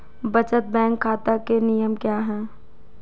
बचत बैंक खाता के नियम क्या हैं?